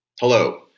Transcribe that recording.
Hello